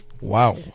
Wow